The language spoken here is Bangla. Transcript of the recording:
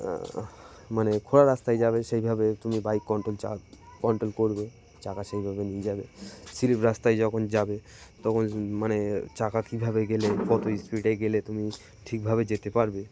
মানে খোঁড়া রাস্তায় যাবে সেইভাবে তুমি বাইক কন্ট্রোল চা কন্ট্রোল করবে চাকা সেইভাবে নিয়ে যাবে স্লিপ রাস্তায় যখন যাবে তখন মানে চাকা কীভাবে গেলে কত স্পিডে গেলে তুমি ঠিকভাবে যেতে পারবে